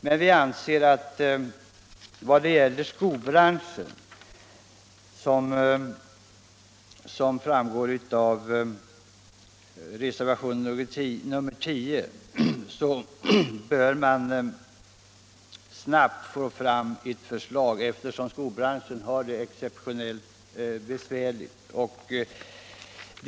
Beträffande långsiktiga åtgärder med avseende på skoindustrin anser vi, som framgår av reservationen 10, att man snabbt bör få fram ett förslag, eftersom skobranschen har det exceptionellt besvärligt.